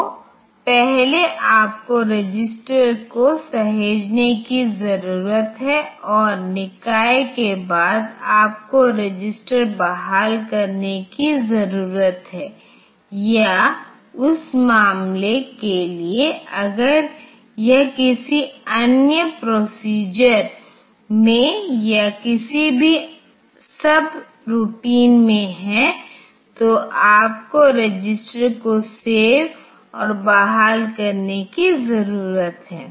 तो पहले आपको रजिस्टर को सहेजने की जरूरत है और निकाय के बाद आपको रजिस्टर बहाल करने की जरूरत है या उस मामले के लिए अगर यह किसी अन्य प्रोसीजर में और किसी भी सब रूटीन में है तो आपको रजिस्टर को सेव और बहाल करने की जरूरत है